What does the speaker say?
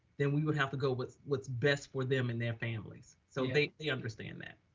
then we would have to go with what's best for them and their families. so they they understand that.